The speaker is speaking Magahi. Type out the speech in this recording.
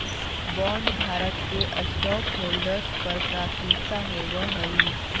बॉन्डधारक के स्टॉकहोल्डर्स पर प्राथमिकता होवऽ हई